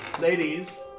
ladies